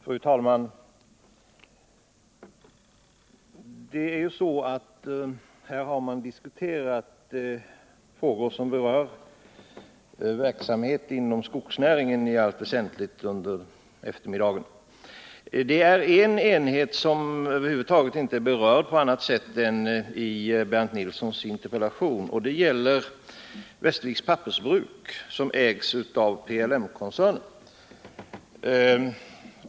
Fru talman! Här har under eftermiddagen i allt väsentligt diskuterats frågor som berör verksamheten inom skogsnäringen. Det är då en enhet som över huvud taget inte har berörts på annat sätt än i Bernt Nilssons interpellation, nämligen Westerviks Pappersbruk, som ägs av PLM koncernen.